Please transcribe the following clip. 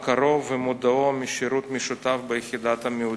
מכרו ומודעו משירות משותף ביחידת המיעוטים.